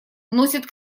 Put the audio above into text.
носят